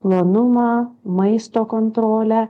plonumą maisto kontrolę